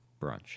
brunch